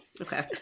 okay